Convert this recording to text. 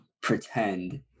pretend